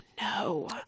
no